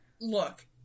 look